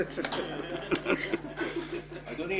אדוני,